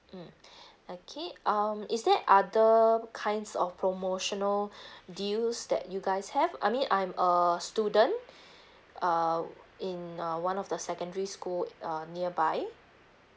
mm okay um is there other kinds of promotional deals that you guys have I mean I'm a student err in a one of the secondary school uh nearby